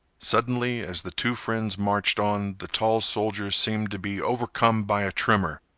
suddenly, as the two friends marched on, the tall soldier seemed to be overcome by a tremor.